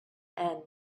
end